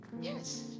yes